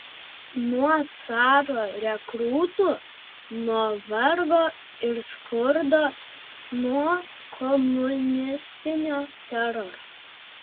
nuo caro rekrūtų nuo vargo ir skurdo nuo komunistinio teroro